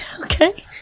Okay